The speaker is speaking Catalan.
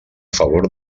favor